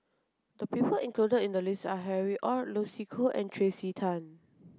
the people included in the list are Harry Ord Lucy Koh and Tracey Tan